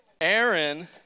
Aaron